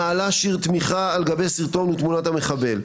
מעלה שיר תמיכה על גבי סרטון ותמונת המחבל.